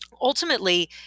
ultimately